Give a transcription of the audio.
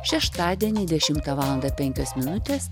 šeštadienį dešimtą valandą penkios minutės